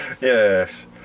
yes